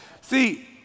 see